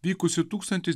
vykusį tūkstantis